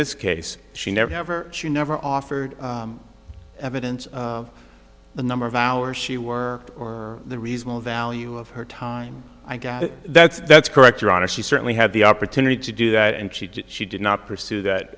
this case she never she never offered evidence of the number of hours she wore or the reasonable value of her time i guess that's that's correct your honor she certainly had the opportunity to do that and she did she did not pursue that